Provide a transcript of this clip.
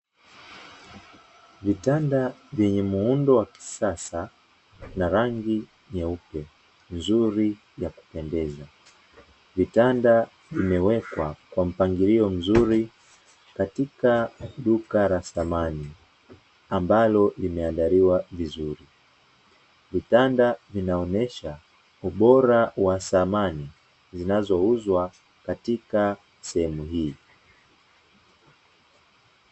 Vitanda vyenye muundo wa kisasa na rangi nyeupe. Vizuri vya kupendeza. Vitanda vimewekwa kwa mpangilio mzuri katika duka la samani ambalo limeandaliwa vizuri. Kitanda inaonyesha ubora wa samani zinazouzwa katika sehemu hii."